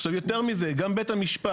עכשיו, יותר מזה, גם בית המשפט